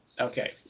Okay